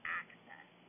access